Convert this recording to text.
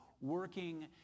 working